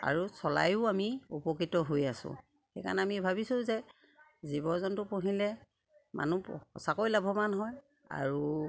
আৰু চলায়ো আমি উপকৃত হৈ আছোঁ সেইকাৰণে আমি ভাবিছোঁ যে জীৱ জন্তু পুহিলে মানুহ সঁচাকৈ লাভৱান হয় আৰু